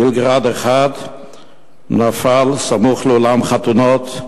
טיל "גראד" אחד נפל סמוך לאולם חתונות,